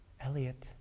Elliot